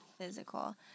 Physical